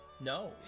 No